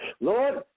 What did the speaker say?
Lord